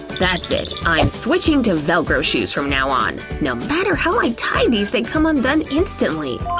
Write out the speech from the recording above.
that's it, i'm switching to velcro shoes from now on! no matter how i tie these, they come undone instantly!